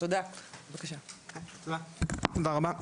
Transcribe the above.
תודה רבה.